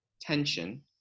tension